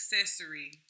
accessory